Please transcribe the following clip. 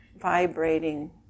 vibrating